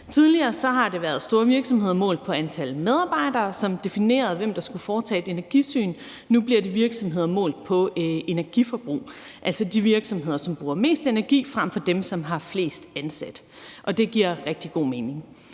Tidligere har det været antallet af medarbejdere i store virksomheder, som definerede, hvem der skulle foretage et energisyn. Nu bliver det ud fra virksomhedernes energiforbrug, altså de virksomheder, som bruger mest energi, frem for dem, som har flest ansat, og det giver rigtig god mening.